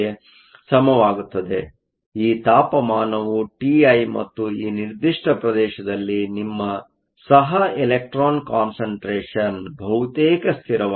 ಆದ್ದರಿಂದ ಈ ತಾಪಮಾನವು ಟಿಐ ಮತ್ತು ಈ ನಿರ್ದಿಷ್ಟ ಪ್ರದೇಶದಲ್ಲಿ ನಿಮ್ಮ ಸಹ ಎಲೆಕ್ಟ್ರಾನ್ ಕಾನ್ಸಂಟ್ರೇಷನ್ ಬಹುತೇಕ ಸ್ಥಿರವಾಗಿರುತ್ತದೆ